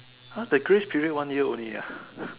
!huh! the grace period one year only ah